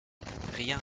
rien